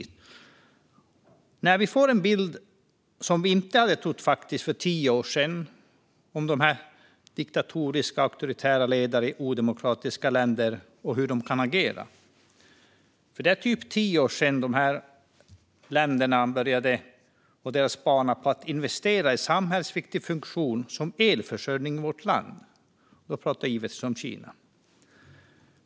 Vi får nu en bild som vi inte hade trott för tio år sedan av diktatoriska och auktoritära ledare i odemokratiska länder och hur de kan agera. Det är typ tio år sedan dessa länder började sin bana med att investera i samhällsviktig funktion som elförsörjning i vårt land. Då pratar jag givetvis om Kina.